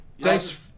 Thanks